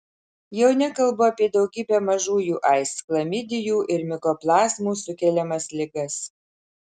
jau nekalbu apie daugybę mažųjų aids chlamidijų ir mikoplazmų sukeliamas ligas